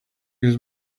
was